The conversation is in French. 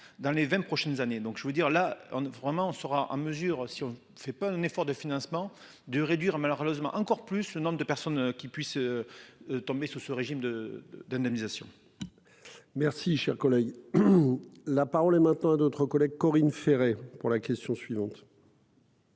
dans les 20 prochaines années, donc je veux dire, là on a vraiment on sera en mesure si on ne fait pas un effort de financement de réduire malheureusement encore plus le nombre de personnes qui puisse. Tomber sous ce régime de d'indemnisation. Merci cher collègue. La parole est maintenant à d'autres collègues Corinne Ferré pour la question suivante.